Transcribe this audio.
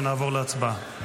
ונעבור להצבעה.